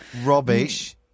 Rubbish